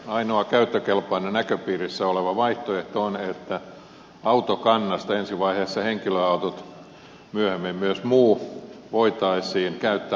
ainoa käyttökelpoinen näköpiirissä oleva vaihtoehto on että autokannasta ensi vaiheessa henkilöautot myöhemmin myös muut voitaisiin käyttää varastointikohteena